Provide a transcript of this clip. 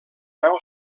nau